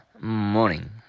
morning